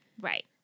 Right